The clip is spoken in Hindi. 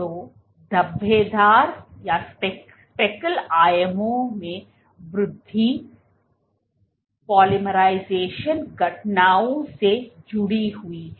तो धब्बेदार आयामों में वृद्धि पोलीमराइज़ेशन घटनाओं से जुड़ी हुई है